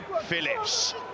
Phillips